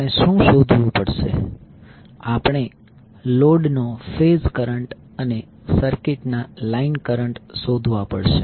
આપણે શુ શોધવું પડશે આપણે લોડનો ફેઝ કરંટ અને સર્કિટના લાઈન કરંટ શોધવા પડશે